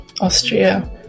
austria